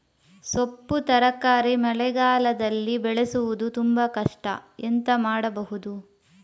ಸೊಪ್ಪು ತರಕಾರಿ ಮಳೆಗಾಲದಲ್ಲಿ ಬೆಳೆಸುವುದು ತುಂಬಾ ಕಷ್ಟ ಎಂತ ಮಾಡಬಹುದು?